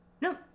No